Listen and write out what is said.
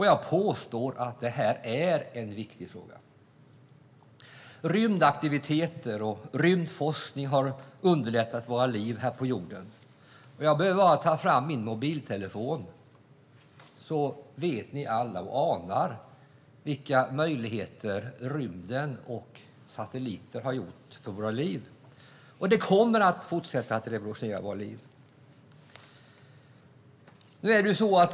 Jag påstår att det här är en viktig fråga. Rymdaktiviteter och rymdforskning har underlättat våra liv här på jorden. Jag behöver bara ta fram min mobiltelefon för att ni alla ska veta, och ana, vilka möjligheter rymden och satelliter har inneburit för våra liv. Det kommer också att fortsätta revolutionera våra liv.